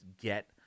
get